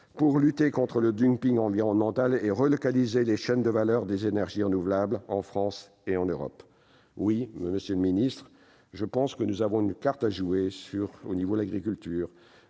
pour lutter contre le dumping environnemental et relocaliser les chaînes de valeur des énergies renouvelables, en France et en Europe. Oui, monsieur le ministre, je pense que nous avons une carte à jouer en agriculture